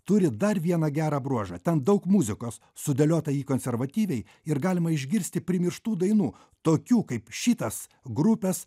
turi dar vieną gerą bruožą ten daug muzikos sudėliota į konservatyviai ir galima išgirsti primirštų dainų tokių kaip šitas grupės